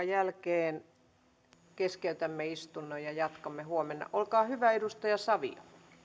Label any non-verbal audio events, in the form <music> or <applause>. <unintelligible> jälkeen keskeytämme istunnon ja jatkamme huomenna olkaa hyvä edustaja savio